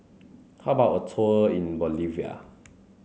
how about a tour in Bolivia